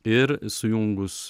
ir sujungus